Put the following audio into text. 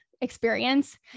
experience